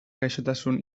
gaixotasun